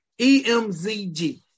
EMZG